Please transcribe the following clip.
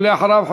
ואחריו,